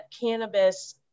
cannabis